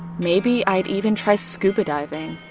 maybe i'd even try scuba diving,